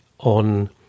on